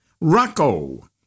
Rocco